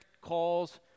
calls